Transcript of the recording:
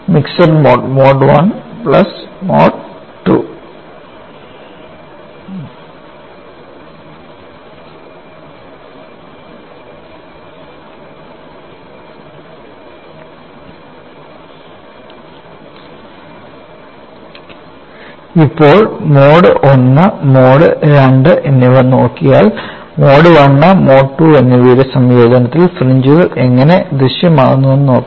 mixed mode mode I mode II ഇപ്പോൾ mode I mode II എന്നിവ നോക്കിയാൽ mode I mode II എന്നിവയുടെ സംയോജനത്തിൽ ഫ്രിഞ്ച്കകൾ എങ്ങനെ ദൃശ്യമാകുമെന്ന് നോക്കാം